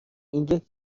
اینجا